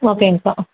ஓகேங்க்கா